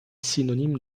synonyme